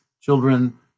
children